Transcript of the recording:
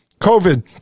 covid